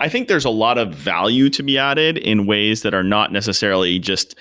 i think there's a lot of value to be added in ways that are not necessarily just